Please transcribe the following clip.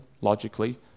logically